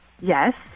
yes